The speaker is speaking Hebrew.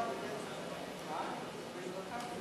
כבוד היושב-ראש,